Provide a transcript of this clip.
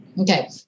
Okay